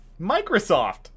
Microsoft